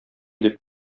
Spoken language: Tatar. дип